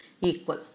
equal